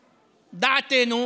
דעתנו,